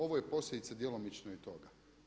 Ovo je posljedica djelomično i toga.